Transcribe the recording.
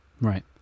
Right